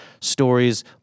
stories